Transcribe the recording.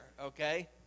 okay